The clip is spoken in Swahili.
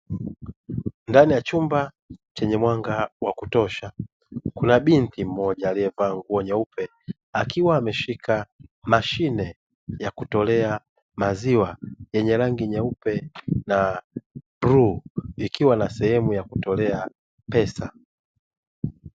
Ndani ya chumba chenye mwanga wa kutosha, kuna binti mmoja, aliye vaa nguo nyeupe, akiwa ameshika mashine ya kutolea maziwa, yenye rangi nyeupe na bluu. Ikiwa na sehemu ya kutolea pesa.